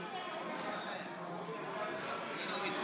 רבותיי חברי הכנסת, היו כמה דיונים